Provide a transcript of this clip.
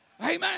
Amen